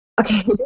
okay